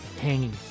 hanging